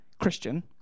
Christian